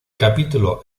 capítulo